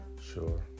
sure